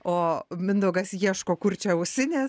o mindaugas ieško kur čia ausinės